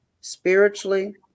spiritually